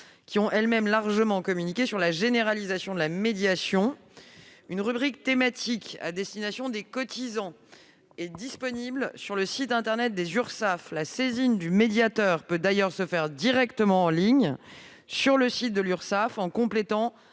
ayant eux-mêmes largement communiqué sur la généralisation de cette médiation. Une rubrique thématique à destination des cotisants est disponible sur le site internet des Urssaf. La saisine du médiateur peut d'ailleurs se faire directement en ligne sur ce site en remplissant